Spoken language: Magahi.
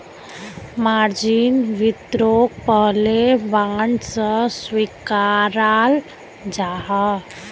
मार्जिन वित्तोक पहले बांड सा स्विकाराल जाहा